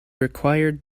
required